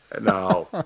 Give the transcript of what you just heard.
No